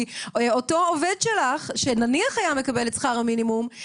כי אותו עובד שלך שנניח היה מקבל את